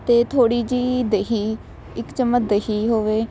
ਅਤੇ ਥੋੜ੍ਹੀ ਜਿਹੀ ਦਹੀ ਇੱਕ ਚਮਚ ਦਹੀ ਹੋਵੇ